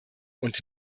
und